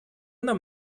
нам